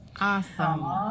Awesome